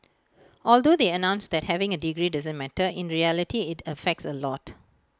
although they announced that having A degree doesn't matter in reality IT affects A lot